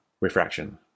refraction